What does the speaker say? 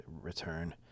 return